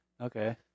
Okay